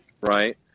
right